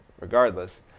regardless